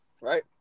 right